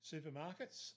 Supermarkets